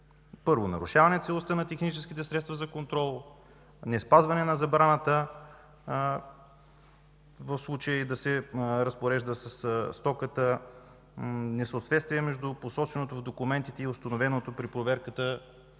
Първо, нарушаване целостта на техническите средства за контрол; неспазване на забраната в случаи да се разпорежда със стоката; несъответствие между посоченото в документите и установеното при проверката